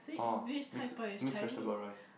orh mixed mixed vegetables rice